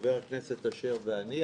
חבר הכנסת אשר ואני,